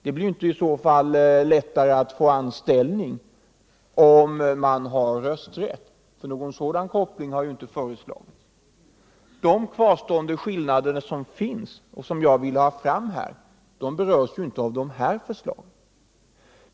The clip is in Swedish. Det blir inte lättare att få fast anställning om man har denna rösträtt — för någon sådan koppling har ju inte föreslagits. De kvarstående skillnader som finns — och som jag ville ha fram — berörs ju inte av dessa förslag.